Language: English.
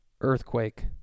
earthquake